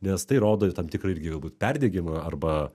nes tai rodo tam tikrą irgi galbūt perdegimą arba